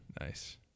Nice